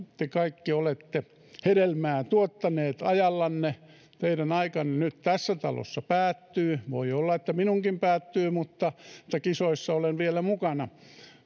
te kaikki olette hedelmää tuottaneet ajallanne teidän aikanne tässä talossa nyt päättyy voi olla että minunkin päättyy mutta kisoissa olen vielä mukana